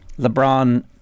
LeBron